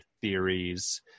theories